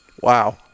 Wow